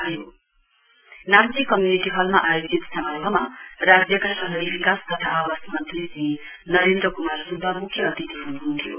दक्षिण जिल्लाको नाम्ची कम्य्निटि हलमा आयोजित समारोहमा राज्यका शहरी विकास तथा आवास मन्त्री श्री नरेन्द्र कुमार सुब्बा मुख्य अतिथि हुनुहुन्थ्यो